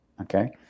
Okay